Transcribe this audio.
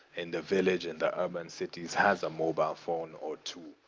in the village, in the urban cities, has a mobile phone, or two.